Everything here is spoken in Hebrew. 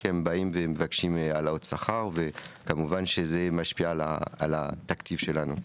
כי הם באים ומבקשים העלאות שכר וכמובן שזה משפיע על התקציב שלנו.